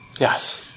Yes